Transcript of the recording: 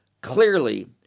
clearly